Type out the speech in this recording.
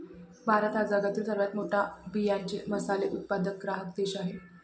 भारत हा जगातील सर्वात मोठा बियांचे मसाले उत्पादक ग्राहक देश आहे